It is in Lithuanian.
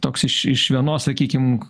toks iš iš vienos sakykim